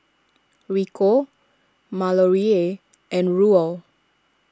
Rico Malorie and Ruel